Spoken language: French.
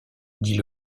dit